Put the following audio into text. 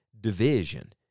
division